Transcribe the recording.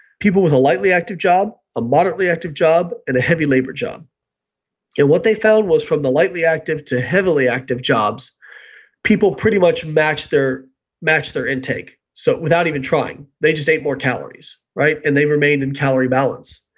people with a lightly active job, a moderately active job, and a heavy labor job. and what they found was from the lightly active to heavily active jobs people pretty much matched their matched their intake so without even trying. they just ate more calories and they remained in calorie balance.